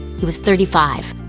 he was thirty five.